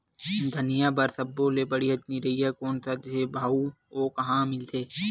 धनिया बर सब्बो ले बढ़िया निरैया कोन सा हे आऊ ओहा कहां मिलथे?